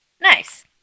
Nice